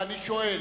ואני שואל,